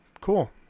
cool